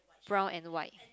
brown and white